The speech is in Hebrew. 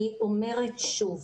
אני אומרת שוב,